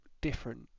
different